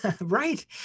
Right